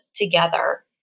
together